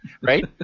right